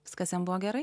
viskas jam buvo gerai